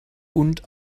und